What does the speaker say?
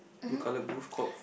blue color booth called